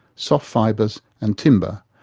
soft fibres and timber,